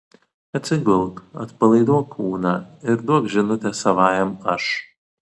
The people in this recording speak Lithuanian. atsigulk atpalaiduok kūną ir duok žinutę savajam aš